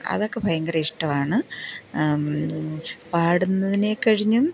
അതൊക്ക ഭയങ്കര ഇഷ്ടമാണ് പാടുന്നതിനെ കഴിഞ്ഞും